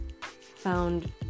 found